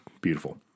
beautiful